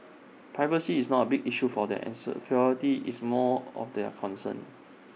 privacy is not A big issue for them an security is more of their concern